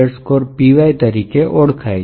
py તરીકે ઓળખાય છે